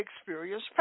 experience